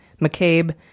McCabe